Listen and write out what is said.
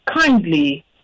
kindly